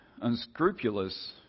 unscrupulous